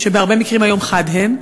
שבהרבה מקרים היום חד הן,